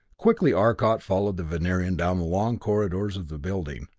quickly arcot followed the venerian down the long corridors of the building.